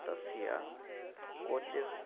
तस्य कोचस्